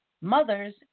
mothers